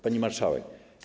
Pani Marszałek!